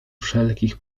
wszelkich